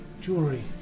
jewelry